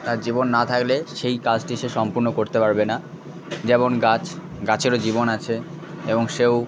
তার জীবন না থাকলে সেই কাজটি সে সম্পূর্ণ করতে পারবে না যেমন গাছ গাছেরও জীবন আছে এবং সেও